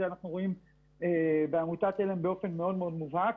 ואת זה אנחנו רואים בעמותה שלנו באופן מאוד מאוד מובהק.